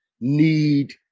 need